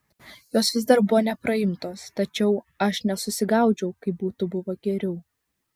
jos vis dar buvo nepraimtos tačiau aš nesusigaudžiau kaip būtų buvę geriau